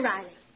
Riley